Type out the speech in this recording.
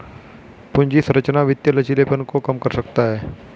पूंजी संरचना वित्तीय लचीलेपन को कम कर सकता है